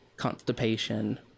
constipation